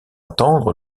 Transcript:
attendre